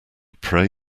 pray